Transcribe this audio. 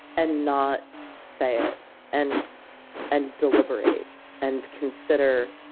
and not say it and and deliberate and consider,